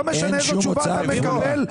אין שום הוצאה כפולה.